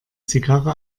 zigarre